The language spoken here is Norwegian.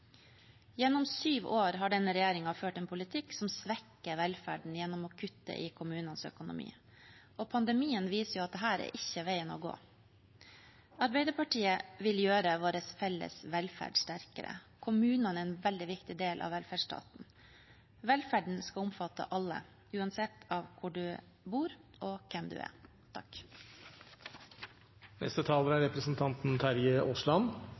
Gjennom syv år har denne regjeringen ført en politikk som svekker velferden gjennom å kutte i kommunenes økonomi, og pandemien viser at dette ikke er veien å gå. Arbeiderpartiet vil gjøre vår felles velferd sterkere. Kommunene er en veldig viktig del av velferdsstaten. Velferden skal omfatte alle, uansett hvor du bor, og hvem du er. Store oppgaver skal en begynne på, ikke tenke på, sa Julius Cæsar. Det er